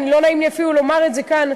לא נעים לי אפילו לומר את זה כאן,